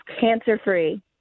cancer-free